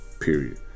period